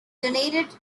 donated